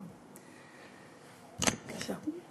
בבקשה.